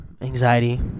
Anxiety